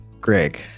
Greg